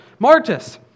Martus